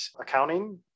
accounting